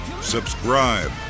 subscribe